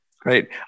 Great